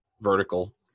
vertical